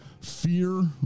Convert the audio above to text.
fear